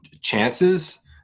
chances